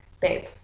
babe